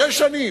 שש שנים.